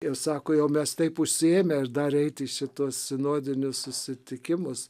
ir sako jau mes taip užsiėmę ir dar eit į šituos sinodinius susitikimus